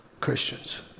Christians